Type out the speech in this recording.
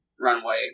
runway